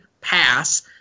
pass